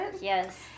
Yes